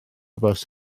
bws